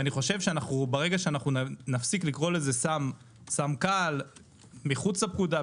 ברגע שאנחנו נפסיק לקרוא לזה סם קל מחוץ לפקודה,